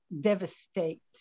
devastate